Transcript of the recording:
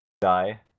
die